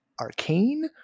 arcane